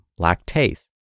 lactase